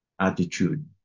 attitude